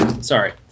Sorry